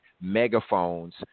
megaphones